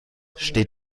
steht